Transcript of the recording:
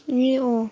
ए अँ